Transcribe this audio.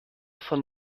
von